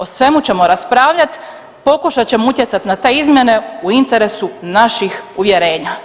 O svemu ćemo raspravljati, pokušat ćemo utjecati na te izmjene u interesu naših uvjerenja.